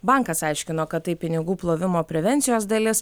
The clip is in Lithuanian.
bankas aiškino kad tai pinigų plovimo prevencijos dalis